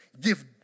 give